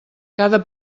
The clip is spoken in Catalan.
cada